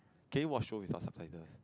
can you watch shows with sub~ subtitles